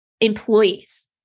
employees